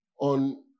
on